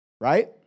Right